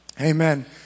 amen